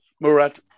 Murat